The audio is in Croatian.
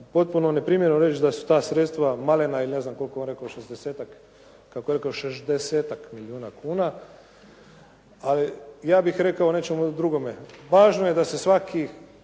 potpuno neprimjereno reći da su ta sredstava malena ili ja ne znam koliko je on rekao 60-ak kako je rekao 60-ak milijuna kuna. ali ja bih rekao o nečemu drugome. Važno je da se svaki